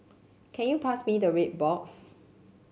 can you pass me the red box